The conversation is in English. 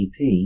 EP